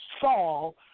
Saul